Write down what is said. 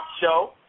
show